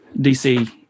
DC